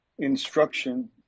instruction